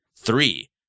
Three